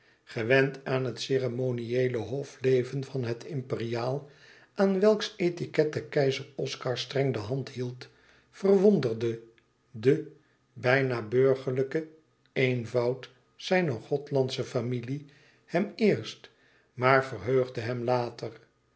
gewend aan het ceremonieele hofleven van het imperiaal aan welks etiquette keizer oscar streng de hand hield verwonderde de bijna burgerlijke eenvoud zijner gothlandsche familie hem eerst maar verheugde hem later